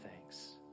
Thanks